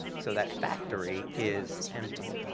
so that factory is empty,